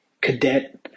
cadet